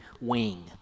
wing